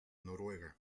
noruega